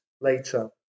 later